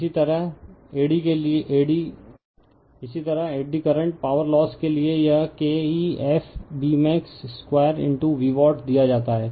refer slide time 3053 इसी तरह eddy current power loss के लिए यह Kef2Bmax2 Vwatt दिया जाता है